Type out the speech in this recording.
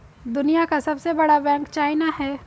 दुनिया का सबसे बड़ा बैंक चाइना का है